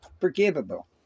forgivable